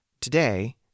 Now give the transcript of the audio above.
Today